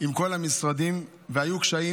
עם כל המשרדים, והיו קשיים.